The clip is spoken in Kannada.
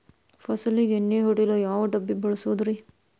ಫಸಲಿಗೆ ಎಣ್ಣೆ ಹೊಡೆಯಲು ಯಾವ ಡಬ್ಬಿ ಬಳಸುವುದರಿ?